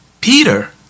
peter